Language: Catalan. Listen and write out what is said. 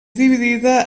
dividida